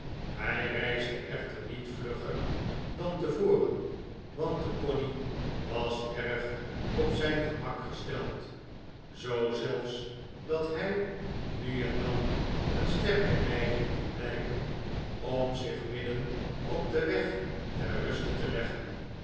hij reisde echter niet vlugger dan tevoren want de pony was erg op zijn gemak gesteld zoo zelfs dat hij nu en dan een sterke neiging liet blijken om zich midden op den weg ter ruste te leggen